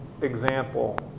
example